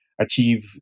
achieve